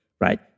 right